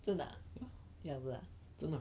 ya 真的